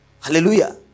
Hallelujah